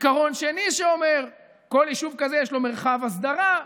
עיקרון שני אומר: לכל יישוב כזה יש מרחב הסדרה,